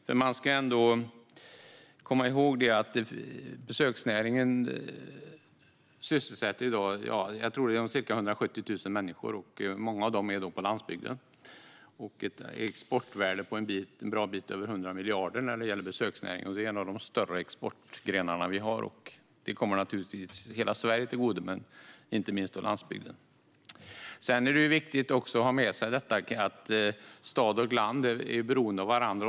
Men man måste komma ihåg att besöksnäringen sysselsätter ca 170 000 människor i dag, och många av dem finns på landsbygden. Besöksnäringen har ett exportvärde på en bra bit över 100 miljarder och är en av våra större exportgrenar. Detta kommer naturligtvis hela Sverige till del, inte minst landsbygden. Det är också viktigt att ha med sig att stad och land är beroende av varandra.